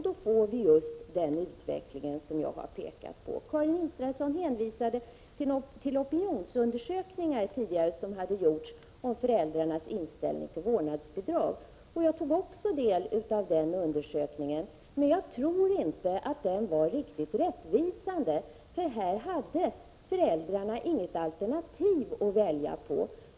Då får vi just den utveckling som jag har pekat på. Karin Israelsson hänvisade tidigare till en opinionsundersökning som hade gjorts om föräldrarnas inställning till vårdnadsbidrag. Också jag tog del av den undersökningen, men jag tror inte den var riktigt rättvisande. Här hade föräldrarna inget alternativ att välja på.